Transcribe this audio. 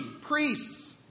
Priests